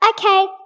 Okay